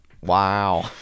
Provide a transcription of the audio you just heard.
Wow